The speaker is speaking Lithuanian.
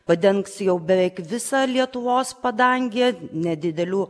padengs jau beveik visą lietuvos padangę nedidelių